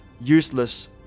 useless